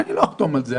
אני לא אחתום על זה.